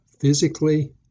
physically